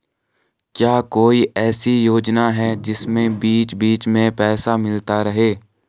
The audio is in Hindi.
क्या कोई ऐसी योजना है जिसमें बीच बीच में पैसा मिलता रहे?